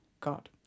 God